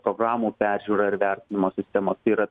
programų peržiūra ir vertinimo sistema tai yra